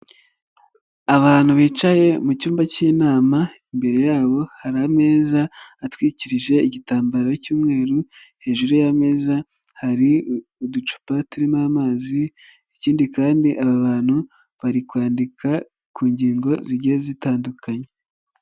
Abantu bicaye mu cyumba cy'inama imbere yabo hari ameza atwikirije igitambaro cy'umweru, hejuru y'ameza hari uducupa turimo amazi ikindi kandi aba bantu bari kwandika ku ngingo zigiye zitandukanye.